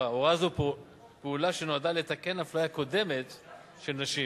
הוראה או פעולה שנועדה לתקן הפליה קודמת של נשים